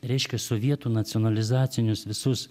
reiškia sovietų nacionalizacinius visus